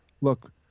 Look